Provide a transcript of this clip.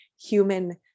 human